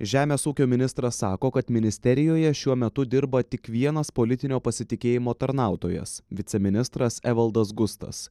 žemės ūkio ministras sako kad ministerijoje šiuo metu dirba tik vienas politinio pasitikėjimo tarnautojas viceministras evaldas gustas